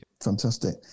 Fantastic